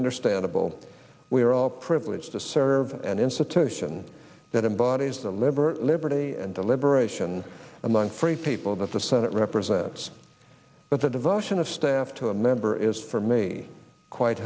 understandable we are all privileged to serve an institution that embodies the liberty liberty and deliberation among free people that the senate represents but the devotion of staff to a member is for me quite